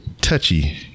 touchy